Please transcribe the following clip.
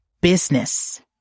business